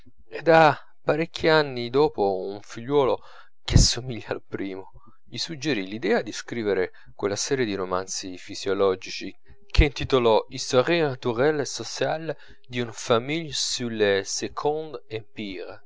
ed ha parecchi anni dopo un figliuolo che somiglia al primo gli suggerì l'idea di scrivere quella serie di romanzi fisiologici che intitolò histoire naturelle et sociale d'une famille sous